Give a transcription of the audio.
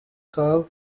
curve